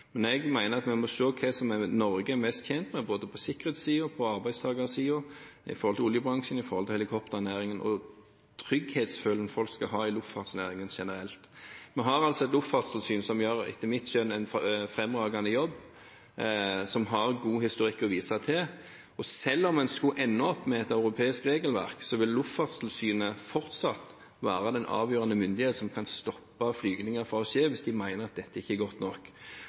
Jeg mener at vi må se på hva Norge er best tjent med, både på sikkerhetssiden, på arbeidstakersiden, i oljebransjen, i helikopternæringen og når det gjelder trygghetsfølelsen folk skal ha i luftfartsnæringen generelt. Vi har et luftfartstilsyn som etter mitt skjønn gjør en fremragende jobb, som har god historikk å vise til. Og selv om en skulle ende opp med et europeisk regelverk, vil Luftfartstilsynet fortsatt være den avgjørende myndighet som kan stoppe flygninger fra å skje hvis de mener at dette ikke er godt nok.